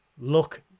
look